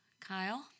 Kyle